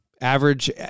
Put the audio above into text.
Average